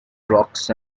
rocks